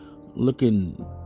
looking